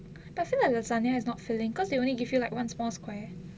but I feel like lasagna is not filling because they only give you like one small square